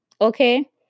okay